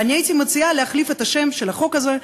ואני הייתי מציעה להחליף את השם של החוק הזה,